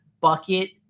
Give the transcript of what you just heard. bucket